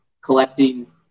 collecting